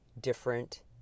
different